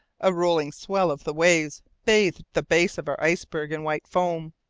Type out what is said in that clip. a rolling swell of the waves bathed the base of our iceberg in white foam,